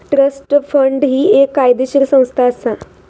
trust fund ही एक कायदेशीर संस्था असा